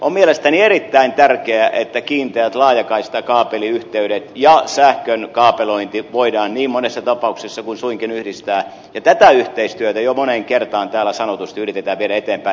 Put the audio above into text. on mielestäni erittäin tärkeää että kiinteät laajakaistakaapeliyhteydet ja sähkön kaapelointi voidaan niin monessa tapauksessa kuin suinkin yhdistää ja tätä yhteistyötä jo moneen kertaan täällä sanotusti yritetään viedä eteenpäin